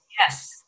Yes